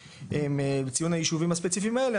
ציון היישובים הספציפיים האלה,